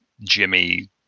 Jimmy